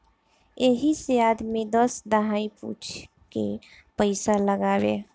यही से आदमी दस दहाई पूछे के पइसा लगावे